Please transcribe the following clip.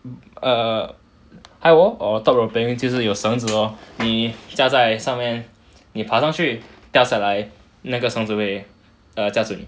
err high wall top rope 就是有绳子 lor 你夹在上面你爬上去掉下来那个绳子会夹住你